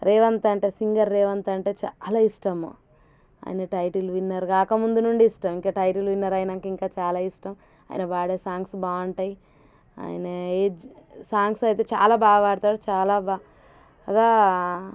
రేవంత్ అంటే సింగర్ రేవంత్ అంటే చాలా ఇష్టం ఆయన టైటిల్ విన్నర్ కాక ముందు నుండి ఇష్టం ఇంకా టైటిల్ విన్నర్ అయ్యాక ఇంకా చాలా ఇష్టం ఆయన పాడే సాంగ్స్ బాగుంటాయి ఆయన సాంగ్స్ అయితే చాలా బాగా పాడతాడు చాలా బాగా